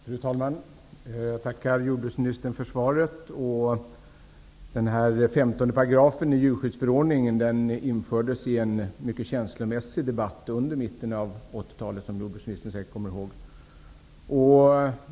Fru talman! Jag tackar jordbruksministern för svaret. 15 § djurskyddsförordningen infördes, som jordbruksministern säkert kommer ihåg, efter en mycket känslomässig debatt under mitten av 80 talet.